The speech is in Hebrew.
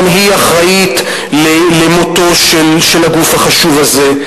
גם היא אחראית למותו של הגוף החשוב הזה,